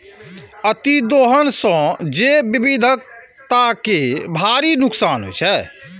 अतिदोहन सं जैव विविधता कें भारी नुकसान होइ छै